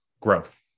growth